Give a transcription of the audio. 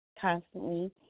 constantly